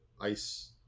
ice